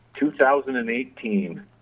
2018